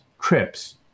trips